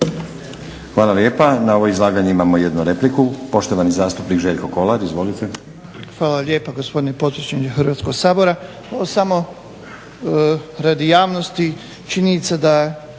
Hvala lijepa. Na ovo izlaganje imamo jednu repliku. Poštovani zastupnik Željko Kolar. Izvolite. **Kolar, Željko (SDP)** Hvala lijepa gospodine predsjedniče Hrvatskog sabora. Samo radi javnosti, činjenica da